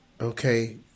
okay